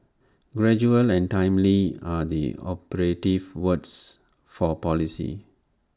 gradual and timely are the operative words for policy